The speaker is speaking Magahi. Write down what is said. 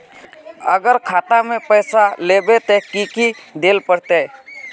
अगर खाता में पैसा लेबे ते की की देल पड़ते?